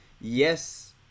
yes